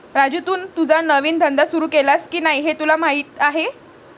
राजू, तू तुझा नवीन धंदा सुरू केलास की नाही हे तुला माहीत आहे